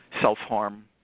self-harm